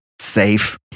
safe